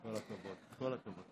כל הכבוד, כל הכבוד.